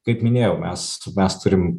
kaip minėjau mes mes turim